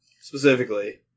specifically